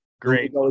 Great